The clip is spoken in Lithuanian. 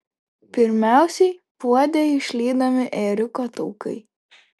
pirmiausiai puode išlydomi ėriuko taukai